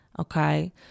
Okay